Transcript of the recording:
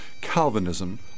Calvinism